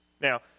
Now